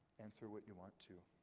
answer what you want to.